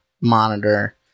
monitor